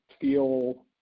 feel